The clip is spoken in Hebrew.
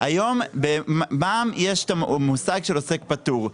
היום במע"מ יש את המושג של עוסק פטור,